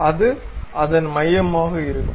அது அதன் மையமாக இருக்கும்